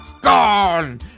gone